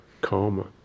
karma